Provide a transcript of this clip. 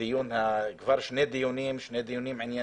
הוועדה הזאת קיימה כבר שני דיונים ענייניים